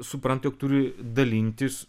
supranta jog turi dalintis